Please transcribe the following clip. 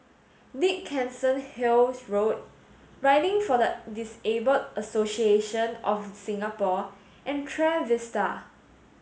Dickenson Hill Road Riding for the Disabled Association of Singapore and Trevista